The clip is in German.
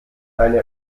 eine